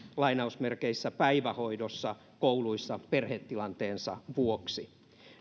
päivähoidossa kouluissa perhetilanteensa vuoksi